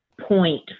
point